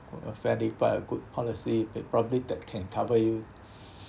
for a fairly quite good policy that probably that can cover you